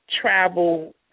travel